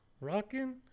Rocking